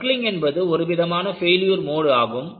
buckling என்பது ஒரு விதமான பெய்லியுர் மோடு ஆகும்